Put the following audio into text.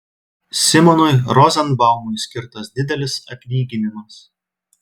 simonui rozenbaumui skirtas didelis atlyginimas